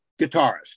guitarist